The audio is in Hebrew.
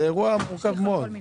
התנהל הליך ארוך ומרובה עדים